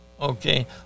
Okay